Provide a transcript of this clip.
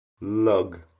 Lug